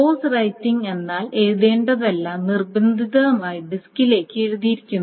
force writing എന്നാൽ എഴുതേണ്ടതെല്ലാം നിർബന്ധിതമായി ഡിസ്കിലേക്ക് എഴുതിയിരിക്കുന്നു